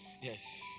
Yes